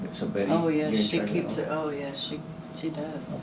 so betty. oh yeah, she keeps it. oh yeah, she she does.